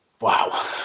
wow